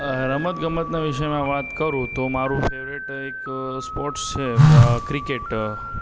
રમત ગમતના વિષયમાં વાત કરું તો મારું ફેવરેટ એક સ્પોર્ટ્સ છે ક્રિકેટ